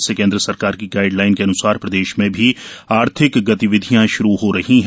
आज से केंद्र सरकार की गाइडलाइन के अन्सार प्रदेश में भी आर्थिक गतिविधियां श्रू हो रही हैं